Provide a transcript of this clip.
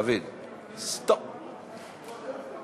אדוני היושב-ראש, רבותי חברי הכנסת,